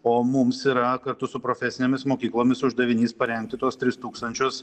o mums yra kartu su profesinėmis mokyklomis uždavinys parengti tuos tris tūkstančius